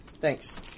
Thanks